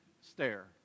stare